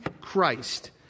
Christ